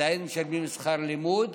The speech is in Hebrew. עדיין משלמים שכר לימוד